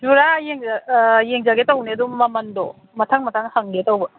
ꯖꯨꯔꯥ ꯑꯥ ꯌꯦꯡꯖꯒꯦ ꯇꯧꯕꯅꯦ ꯑꯗꯣ ꯃꯃꯟꯗꯣ ꯃꯊꯪ ꯃꯊꯪ ꯍꯪꯒꯦ ꯇꯧꯕ